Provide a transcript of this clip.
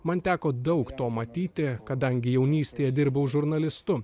man teko daug to matyti kadangi jaunystėje dirbau žurnalistu